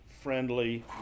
friendly